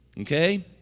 okay